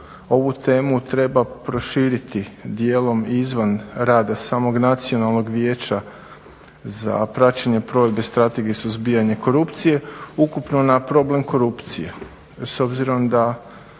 ovu temu treba proširiti dijelom i izvan rada samog Nacionalnog vijeća za praćenje provedbe strategije suzbijanja korupcije, ukupno na problem korupcije s obzirom da